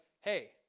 hey